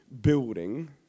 building